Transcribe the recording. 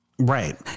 Right